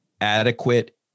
adequate